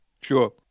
Sure